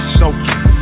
soaking